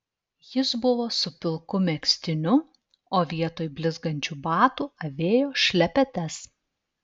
jis buvo su pilku megztiniu o vietoj blizgančių batų avėjo šlepetes